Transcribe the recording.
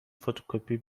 فتوکپی